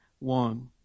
One